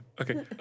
Okay